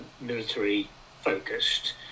military-focused